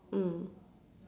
mm